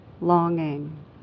longing